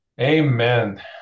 Amen